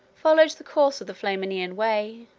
followed the course of the flaminian way,